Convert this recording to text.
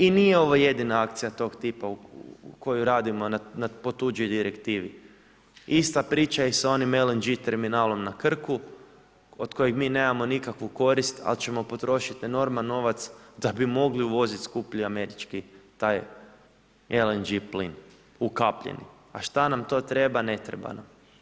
I nije ovo jedan akcija tog tipa koju radimo, po tuđoj direktivi, ista priča je s onim LNG terminala na Krku, od koje mi nemamo nikakvu koristi, ali ćemo potrošiti enorman novac, da bi mogli uvoziti skuplji američki taj LNG plin, ukapljen, a šta nam to treba, ne treba nam.